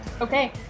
Okay